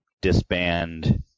disband